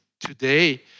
today